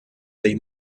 dei